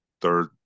third